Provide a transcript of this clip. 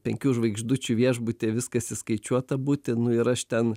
penkių žvaigždučių viešbutį viskas įskaičiuota būti nu ir aš ten